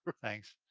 but thanks.